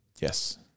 Yes